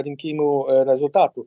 rinkimų rezultatų